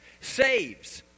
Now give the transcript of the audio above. saves